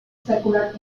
secular